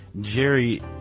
Jerry